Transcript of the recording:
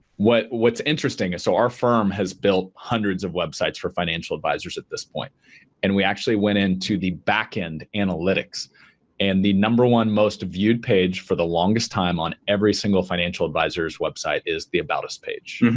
what's interesting is so our firm has built hundreds of websites for financial advisors at this point and we actually went into the backend analytics and the number one most viewed page for the longest time on every single financial advisor's website is the about us page.